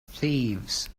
thieves